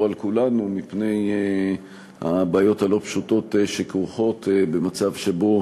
על כולנו מפני הבעיות הלא-פשוטות שכרוכות במצב שבו